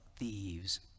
thieves